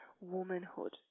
womanhood